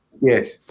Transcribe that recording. Yes